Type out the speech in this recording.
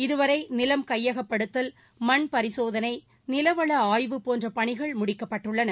இதுவரை நிலம் கையகப்படுத்தல் மண் பரிசோதனை நிலவள ஆய்வு போன்ற பணிகள் முடிக்கப்பட்டுள்ளன